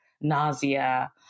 nausea